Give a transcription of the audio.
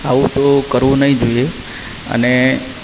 આવું તો કરવું નઈ જોઈએ અને